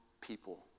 people